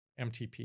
MTP